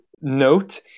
note